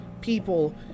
people